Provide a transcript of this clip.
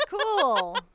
cool